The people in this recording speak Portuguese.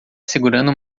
segurando